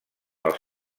als